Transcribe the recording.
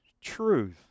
truth